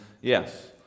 yes